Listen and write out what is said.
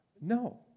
No